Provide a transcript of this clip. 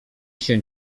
się